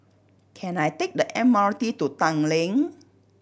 can I take the M R T to Tanglin